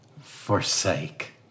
forsake